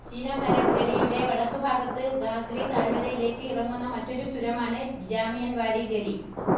ചീനമരഗ് ഗലിയുടെ വടക്ക് ഭാഗത്ത് ഗാഗ്രി താഴ്വരയിലേക്ക് ഇറങ്ങുന്ന മറ്റൊരു ചുരമാണ് ജാമിയൻവാലി ഗലി